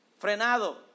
frenado